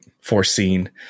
foreseen